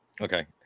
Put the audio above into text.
Okay